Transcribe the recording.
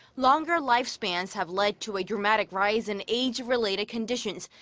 longer lifespans have led to a dramatic rise in age-related conditions,